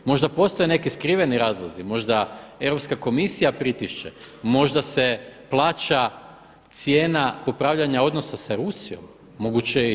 Možda postoje neki skriveni razlozi, možda Europska komisija pritišće, možda se plaća cijena popravljanja odnosa sa Rusijom, moguće je i to.